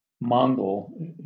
Mongol